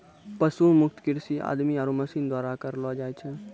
पशु मुक्त कृषि आदमी आरो मशीन द्वारा करलो जाय छै